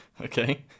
Okay